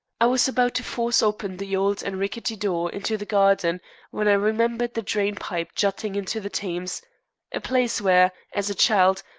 i was about to force open the old and rickety door into the garden when i remembered the drain-pipe jutting into the thames a place where, as a child,